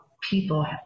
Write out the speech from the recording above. people